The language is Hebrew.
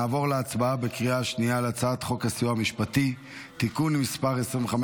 נעבור להצבעה בקריאה שנייה על הצעת חוק הסיוע המשפטי (תיקון מס' 25),